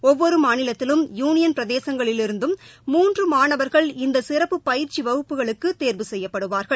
ஒவ்வொரு மாநிலத்திலும் யூனியன் பிரதேசங்களிலிருந்தும் மூன்று மாணவர்கள் இந்த சிறப்பு பயிற்சி வகுப்புகளுக்கு தேர்வு செய்யப்படுவார்கள்